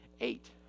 eight